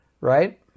right